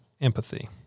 empathy